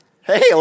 Hey